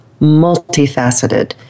multifaceted